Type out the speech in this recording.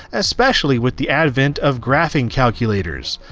especially with the advent of graphing calculators.